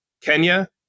Kenya